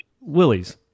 Willie's